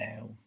now